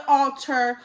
altar